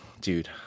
dude